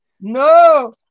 No